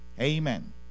Amen